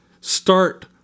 start